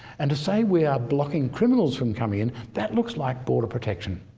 and to say we are blocking criminals from coming in, that looks like border protection.